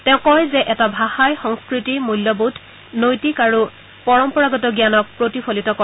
তেওঁ কয় যে এটা ভাষাই সংস্কৃতি মূল্যবোধ নৈতিক আৰু পৰম্পৰাগত জ্ঞানক প্ৰতিফলিত কৰে